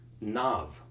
Nav